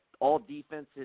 all-defensive